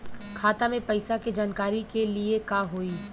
खाता मे पैसा के जानकारी के लिए का होई?